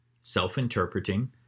self-interpreting